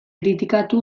kritikatu